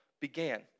began